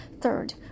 third